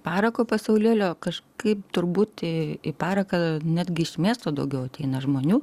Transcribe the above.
parako pasaulėlio kažkaip turbūt į į paraką netgi iš miesto daugiau ateina žmonių